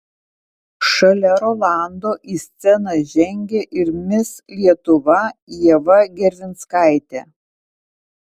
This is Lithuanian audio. šalia rolando į sceną žengė ir mis lietuva ieva gervinskaitė